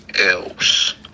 else